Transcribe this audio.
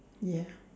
ya